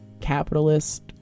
capitalist